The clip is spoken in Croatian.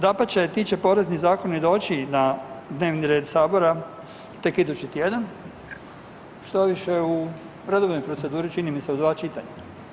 Dapače, ti će porezni zakoni i doći na dnevni red Sabora tek idući tjedan, štoviše u redovnoj proceduri, čini mi se, u dva čitanja.